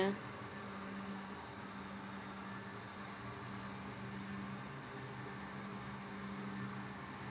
ya